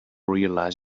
realize